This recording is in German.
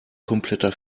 kompletter